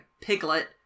Piglet